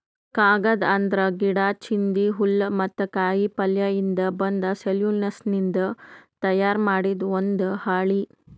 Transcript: ಕಾಗದ್ ಅಂದ್ರ ಗಿಡಾ, ಚಿಂದಿ, ಹುಲ್ಲ್ ಮತ್ತ್ ಕಾಯಿಪಲ್ಯಯಿಂದ್ ಬಂದ್ ಸೆಲ್ಯುಲೋಸ್ನಿಂದ್ ತಯಾರ್ ಮಾಡಿದ್ ಒಂದ್ ಹಾಳಿ